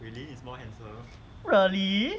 really